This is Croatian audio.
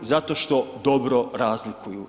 Zato što dobro razliku.